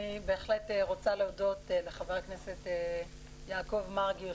אני בהחלט רוצה להודות לחבר הכנסת יעקב מרגי,